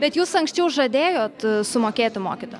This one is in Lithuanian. bet jūs anksčiau žadėjot sumokėti mokytojam